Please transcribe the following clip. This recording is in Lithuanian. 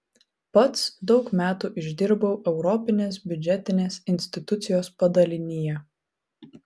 pats daug metų išdirbau europinės biudžetinės institucijos padalinyje